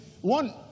one